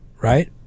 right